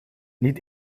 niet